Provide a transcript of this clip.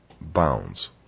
bounds